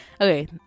Okay